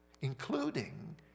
including